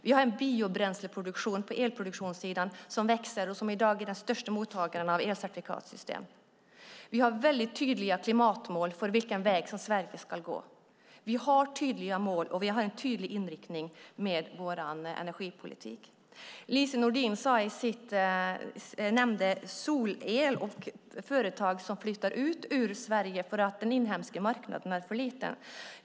Vi har en biobränsleproduktion på elproduktionssidan som växer och som i dag är den största mottagaren av elcertifikatssystem. Vi har väldigt tydliga klimatmål för den väg som Sverige ska gå. Vi har tydliga mål och en tydlig inriktning med vår energipolitik. I sitt anförande nämnde Lise Nordin solel och företag som flyttar ut ur Sverige för att den inhemska marknaden är för liten.